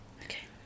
Okay